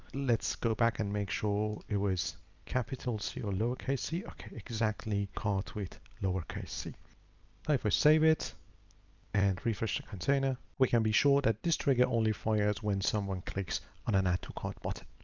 let's go back and make sure it was capitals your lowercase e, okay exactly cart with lowercase c over save it and refresh the container, we can be sure that this trigger only fires when someone clicks on an add to cart button.